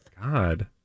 god